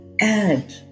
add